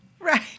Right